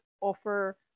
offer